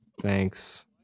Thanks